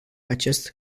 acest